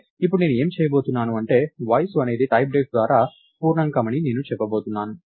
అయితే ఇప్పుడు నేను ఏమి చేయబోతున్నాను అంటే వయస్సు అనేది టైప్డెఫ్ ద్వారా పూర్ణాంకం అని అని చెప్పబోతున్నాను